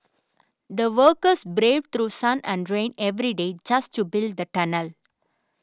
the workers braved through sun and rain every day just to build the tunnel